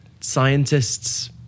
scientists